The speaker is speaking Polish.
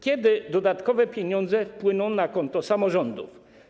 Kiedy dodatkowe pieniądze wpłyną na konta samorządów?